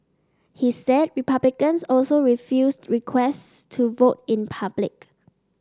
he said Republicans also refused requests to vote in public